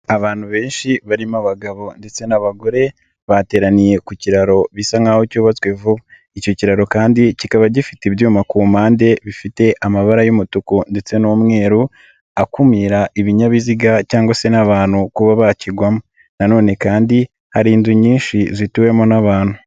Abantu benshi barimo abagabo ndetse n'abagore, bateraniye ku kiraro bisa nkaho cyubatswe vuba. Icyo kiraro kandi kikaba gifite ibyuma ku mpande bifite amabara y'umutuku ndetse n'umweru, akumira ibinyabiziga cyangwa se n'abantu kuba bakigwamo. Na none kandi hari inzu nyinshi zituwemo n'abantu.